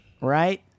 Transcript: right